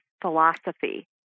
philosophy